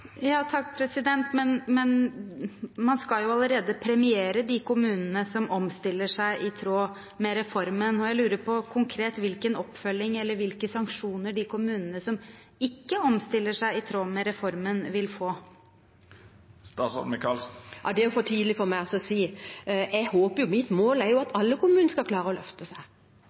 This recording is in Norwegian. Men man skal jo allerede premiere de kommunene som omstiller seg i tråd med reformen, og jeg lurer på konkret hvilken oppfølging eller hvilke sanksjoner de kommunene som ikke omstiller seg i tråd med reformen, vil få. Det er det for tidlig for meg å si. Jeg håper – det er mitt mål – at alle kommuner skal klare å løfte seg